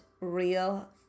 real